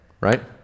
right